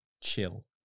chill